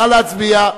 נא להצביע.